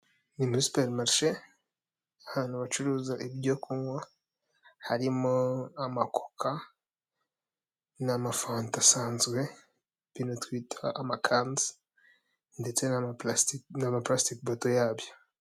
Icyumba kigari gitatse neza gifite ibikuta by'umweru, hicayemo abagore n'abagabo bisa nk'aho bari mu nama, imbere yabo hateretse amacupa y'icyo kunywa, imashini ndetse n'igikapu.